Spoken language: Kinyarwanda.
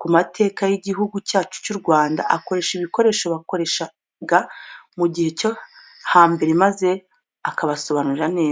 ku mateka y'Igihugu cyacu cy'u Rwanda, akoresha ibikoresho bakoreshaga mu gihe cyo hambere maze akabasobanurira neza.